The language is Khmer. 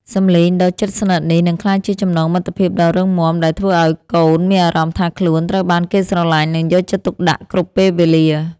សំឡេងដ៏ជិតស្និទ្ធនេះនឹងក្លាយជាចំណងមិត្តភាពដ៏រឹងមាំ ដែលធ្វើឱ្យកូនមានអារម្មណ៍ថាខ្លួនត្រូវបានគេស្រឡាញ់ និងយកចិត្តទុកដាក់គ្រប់ពេលវេលា។